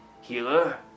healer